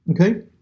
okay